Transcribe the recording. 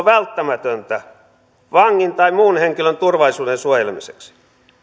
välttämätöntä vangin tai muun henkilön turvallisuuden suojelemiseksi